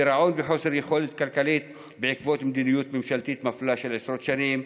גירעון וחוסר יכולת כלכלית בעקבות מדיניות ממשלתית מפלה של עשרות שנים.